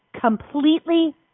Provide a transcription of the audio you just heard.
Completely